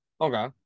Okay